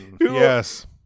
yes